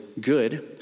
good